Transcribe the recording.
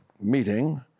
meeting